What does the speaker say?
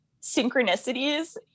synchronicities